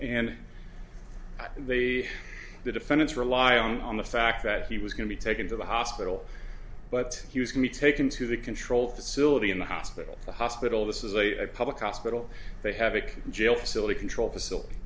and they the defendant's rely on the fact that he was going to be taken to the hospital but he was can be taken to the control facility in the hospital the hospital this is a public hospital they have a jail facility control facility